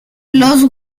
los